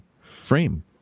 Frame